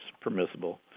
permissible